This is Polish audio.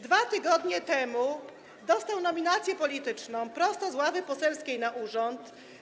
2 tygodnie temu dostał nominację polityczną - prosto z ławy poselskiej na urząd.